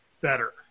better